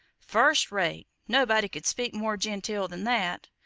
first rate! nobody could speak more genteel than that.